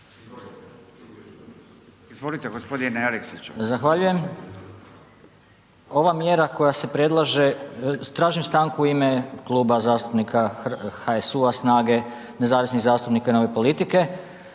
Izvolite gospodine Aleksiću.